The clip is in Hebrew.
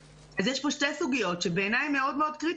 אז יש פה שתי סוגיות שבעיניי הן מאוד קריטיות,